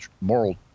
moral